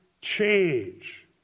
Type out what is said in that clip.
change